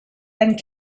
and